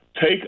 take